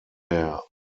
der